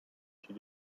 she